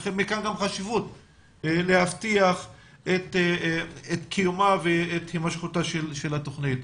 לכן מכאן החשיבות להבטיח את קיומה ואת הימשכותה של התוכנית.